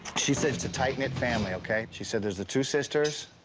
she said it's a tight knit family, ok? she said there's the two sisters,